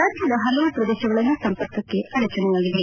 ರಾಜ್ಯದ ಹಲವು ಪ್ರದೇಶಗಳಲ್ಲೂ ಸಂಪರ್ಕಕ್ಕೆ ಅಡಚಣೆಯಾಗಿದೆ